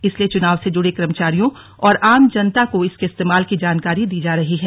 इसलिए चुनाव से जुड़े कर्मचारियों और आम जनता को इसके इस्तेमाल की जानकारी दी जा रही है